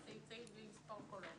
מה פתאום.